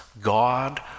God